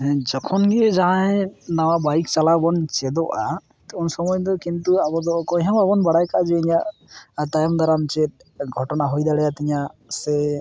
ᱦᱮᱸ ᱡᱚᱠᱷᱚᱱ ᱜᱮ ᱡᱟᱦᱟᱸᱭ ᱱᱟᱣᱟ ᱵᱟᱹᱭᱤᱠ ᱪᱟᱞᱟᱣ ᱵᱚᱱ ᱪᱮᱫᱚᱜᱼᱟ ᱩᱱᱥᱩᱢᱟᱹᱭ ᱫᱚ ᱠᱤᱱᱛᱩ ᱟᱵᱚ ᱫᱚ ᱚᱠᱚᱭ ᱦᱚᱸ ᱵᱟᱵᱚᱱ ᱵᱟᱲᱟᱭ ᱠᱟᱜᱼᱟ ᱡᱮ ᱤᱧᱟᱹᱜ ᱛᱟᱭᱚᱢ ᱫᱟᱨᱟᱢ ᱪᱮᱫ ᱜᱷᱚᱴᱚᱱᱟ ᱦᱩᱭ ᱫᱟᱲᱮᱭ ᱛᱤᱧᱟᱹ ᱥᱮ